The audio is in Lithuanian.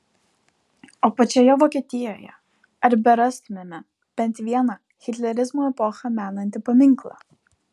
o pačioje vokietijoje ar berastumėme bent vieną hitlerizmo epochą menantį paminklą